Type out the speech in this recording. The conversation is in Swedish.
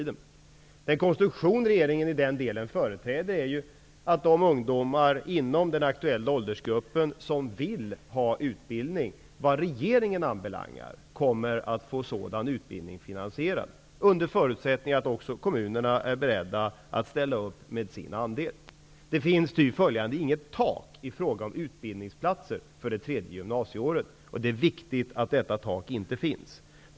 Den konstruktion regeringen i den delen företräder är att ungdomar inom den aktuella åldersgruppen som vill ha utbildning vad regeringen anbelangar kommer att få sådan utbildning finansierad, under förutsättning att också kommunerna är beredda att ställa upp med sin andel. Det finns ty åtföljande inget tak i fråga om utbildningsplatser för det tredje gymnasieåret, och det är viktigt att något sådant tak inte finns.